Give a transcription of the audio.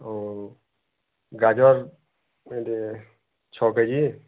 ଆଉ ଗାଜର ଭେଣ୍ଡି ଛଅ କେଜି